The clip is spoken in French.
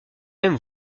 même